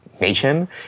nation